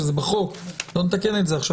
שזה בחוק ולא נתקן את זה עכשיו,